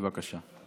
בבקשה.